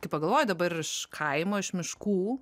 kai pagalvoji dabar iš kaimo iš miškų